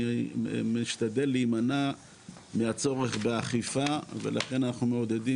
אני משתדל להימנע מהצורך באכיפה ולכן אנחנו מעודדים